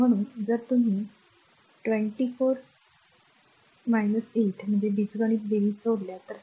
म्हणून जर तुम्ही या 24 8 8 बीजगणित बेरीज जोडल्या तर